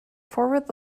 forward